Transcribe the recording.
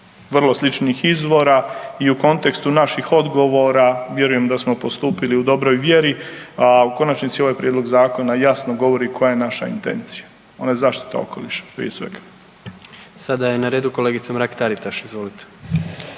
vrlo sličnih izvora i u kontekstu naših odgovora vjerujem da smo postupili u dobroj vjeri, a u konačnici ovaj prijedlog zakona jasno govori koja je naša intencija. Ona je zaštita okoliša prije svega. **Jandroković, Gordan (HDZ)** Sada je na redu kolegica Mrak Taritaš, izvolite.